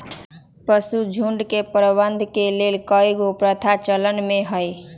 पशुझुण्ड के प्रबंधन के लेल कएगो प्रथा चलन में हइ